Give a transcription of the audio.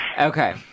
Okay